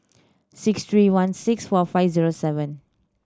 six three one six four five zero seven